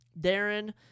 Darren